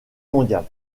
mondiale